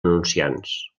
anunciants